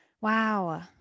Wow